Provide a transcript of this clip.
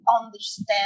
understand